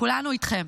כולנו איתכם.